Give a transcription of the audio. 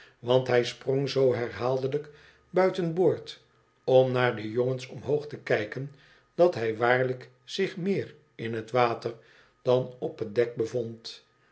want hij sprong zoo herhaaldelijk buiten boord om naar de jongens omboog te kijken dat hij waarlijk zich meer in het water dan op het dek bevond